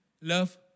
love